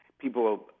people